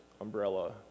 umbrella